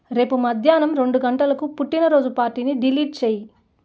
రేపు మధ్యాహ్నం రెండు గంటలకు పుట్టినరోజు పార్టీని డిలీట్ చేయి